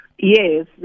Yes